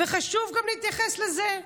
וחשוב גם להתייחס לזה.